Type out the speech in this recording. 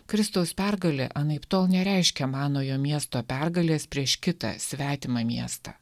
kristaus pergalė anaiptol nereiškia manojo miesto pergalės prieš kitą svetimą miestą